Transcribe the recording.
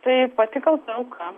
tai pati kalta auka